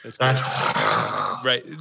right